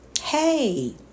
Hey